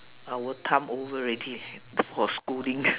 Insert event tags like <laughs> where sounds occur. our time over already for schooling <laughs>